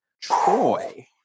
Troy